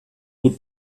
gut